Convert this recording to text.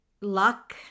luck